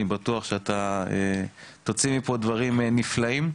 אני בטוח שאתה תוציא מפה דברים נפלאים,